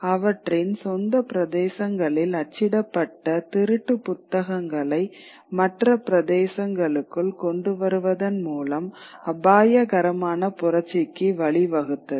அவற்றின் சொந்த பிரதேசங்களில் அச்சிடப்பட்ட திருட்டு புத்தகங்களை மற்ற பிரதேசங்களுக்குள் கொண்டு வருவதன் மூலம் அபாயகரமான புரட்சிக்கு வழி வகுத்தது